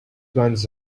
guns